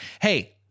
Hey